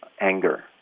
anger